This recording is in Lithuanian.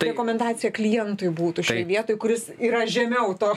rekomendacija klientui būtų šioj vietoj kuris yra žemiau to